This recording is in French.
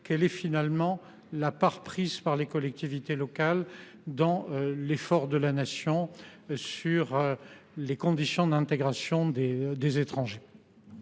quelle est la part prise par les collectivités territoriales dans l’effort de la Nation sur les conditions d’intégration des étrangers.